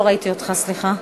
לא ראיתי אותך, סליחה.